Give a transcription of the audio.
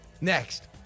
Next